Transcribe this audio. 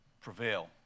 prevail